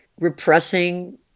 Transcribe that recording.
repressing